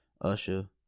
Usher